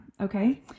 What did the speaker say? Okay